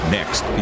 Next